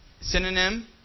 synonym